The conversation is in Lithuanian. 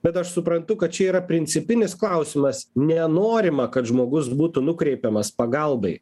bet aš suprantu kad čia yra principinis klausimas nenorima kad žmogus būtų nukreipiamas pagalbai